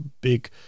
big